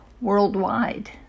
worldwide